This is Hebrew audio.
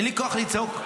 אין לי כוח לצעוק.